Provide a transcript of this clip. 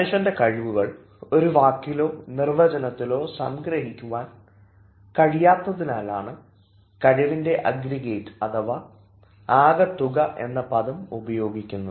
മനുഷ്യൻറെ കഴിവുകൾ ഒരു വാക്കിലോ നിർവചനത്തിലൊ സംഗ്രഹിക്കുവാൻ കഴിയാത്തതിനാലാണ് കഴിവിൻറെ അഗ്രിഗേറ്റ് അഥവാ ആകെത്തുക എന്ന പദം ഉപയോഗിക്കുന്നത്